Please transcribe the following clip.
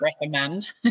recommend